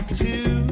two